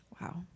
Wow